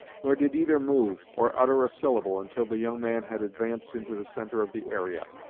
nor did either move, or utter a syllable, until the young man had advanced into the centre of the area,